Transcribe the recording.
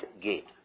gate